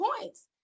points